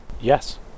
Yes